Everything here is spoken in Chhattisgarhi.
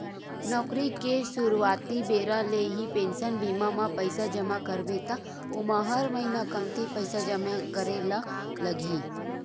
नउकरी के सुरवाती बेरा ले ही पेंसन बीमा म पइसा जमा करबे त ओमा हर महिना कमती पइसा जमा करे ल लगही